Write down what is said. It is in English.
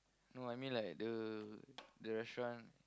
no I mean like the the restaurant